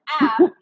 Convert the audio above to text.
app